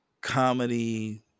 comedy